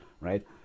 right